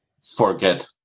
forget